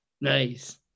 Nice